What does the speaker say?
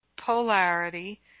polarity